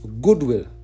Goodwill